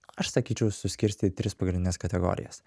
aš sakyčiau suskirstyt į tris pagrindines kategorijas